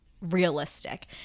realistic